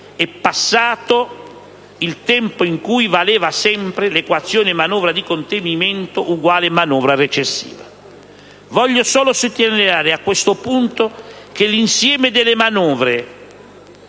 È passato il tempo in cui valeva sempre l'equazione manovra di contenimento uguale manovra recessiva. Voglio solo sottolineare a questo punto che l'insieme delle manovre